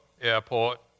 Airport